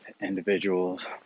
individuals